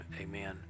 Amen